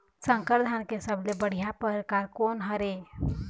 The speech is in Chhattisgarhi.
संकर धान के सबले बढ़िया परकार कोन हर ये?